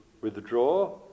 withdraw